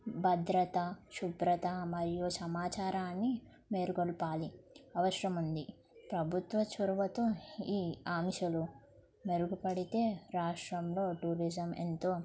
భద్రత శుభ్రత మరియు సమాచారాన్ని మేలుకొలపాలి అవసరం ఉంది ప్రభుత్వ చొరవతో ఈ ఆంశాలు మెరుగుపడితే రాష్ట్రంలో టూరిజం ఎంతో